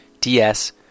DS